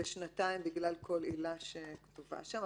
בשנתיים בגלל כל עילה שכתובה שם.